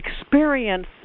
experience